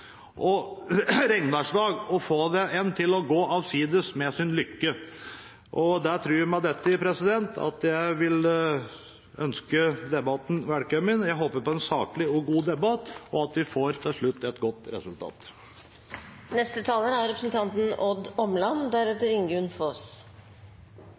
til at gaa afsides med sin Lykke.» Da tror jeg at jeg med dette vil ønske debatten velkommen. Jeg håper på en saklig og god debatt, og at vi til slutt får et godt